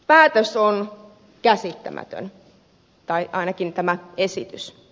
päätös on käsittämätön tai ainakin tämä esitys